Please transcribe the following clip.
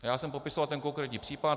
Já jsem popisoval ten konkrétní případ.